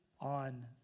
on